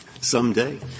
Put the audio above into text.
someday